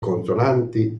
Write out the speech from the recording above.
consonanti